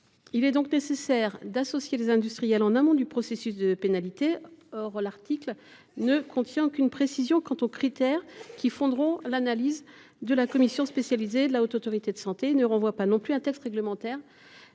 Il est donc nécessaire d’associer les industriels en amont du processus de pénalité. Or l’article ne contient aucune précision sur les critères sur lesquels sera fondée l’analyse de la commission spécialisée de la HAS. Il ne renvoie pas non plus à un texte réglementaire